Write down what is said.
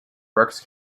berks